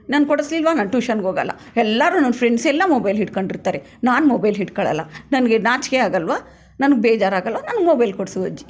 ನಾನು ಕೊಡಿಸ್ಲಿಲ್ವ ನಾನು ಟ್ಯೂಷನ್ಗೆ ಹೋಗಲ್ಲ ಎಲ್ಲರೂ ನನ್ನ ಫ್ರೆಂಡ್ಸೆಲ್ಲ ಮೊಬೈಲ್ ಹಿಡ್ಕೊಂಡಿರ್ತಾರೆ ನಾನು ಮೊಬೈಲ್ ಹಿಡ್ಕೊಳ್ಳೋಲ್ಲ ನನಗೆ ನಾಚಿಕೆ ಆಗಲ್ವ ನನಗೆ ಬೇಜಾರಾಗಲ್ವ ನನಗೆ ಮೊಬೈಲ್ ಕೊಡಿಸು ಅಜ್ಜಿ